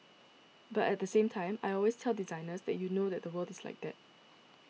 but at the same time I always tell designers that you know that the world is like that